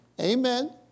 Amen